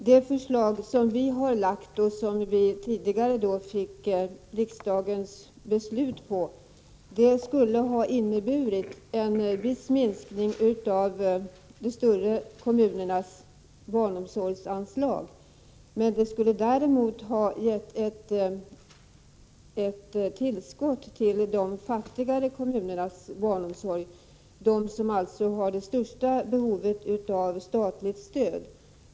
Det förslag som vi lade fram och som riksdagen tidigare fattat beslut om skulle visserligen ha inneburit en viss minskning av de större kommunernas barnomsorgsanslag, men det skulle samtidigt ha inneburit ett tillskott till barnomsorgen i de fattigare kommunerna, som har det största behovet av statligt stöd.